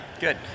good